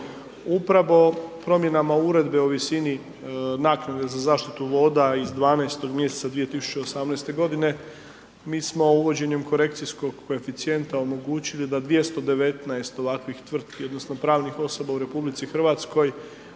Upravo promjenama Uredbe o visini naknade za zaštitu voda iz 12. mj. 2018. g. mi smo uvođenjem korekcijskog koeficijenta omogućili da 219 ovakvih tvrtki odnosno pravnih osoba u RH imaju